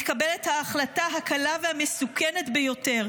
מתקבלת ההחלטה הקלה והמסוכנת ביותר?